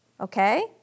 okay